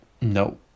No